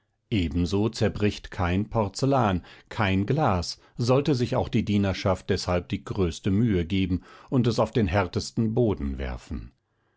ebenso zerbricht kein porzellan kein glas sollte sich auch die dienerschaft deshalb die größte mühe geben und es auf den härtesten boden werfen